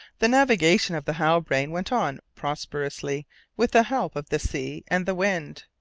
the navigation of the halbrane went on prosperously with the help of the sea and the wind.